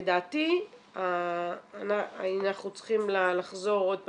לדעתי אנחנו צריכים לחזור עוד פעם,